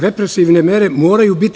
Represivne mere moraju biti.